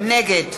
נגד